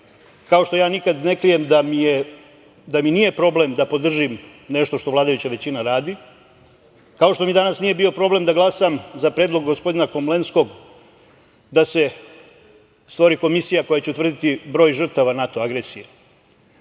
kao što ja nikad ne krijem da mi nije problem da podržim nešto što vladajuća većina radi, kao što mi danas nije bio problem da glasam za predlog gospodina Komlenskog da se stvori komisija koja će utvrditi broj žrtava NATO agresije,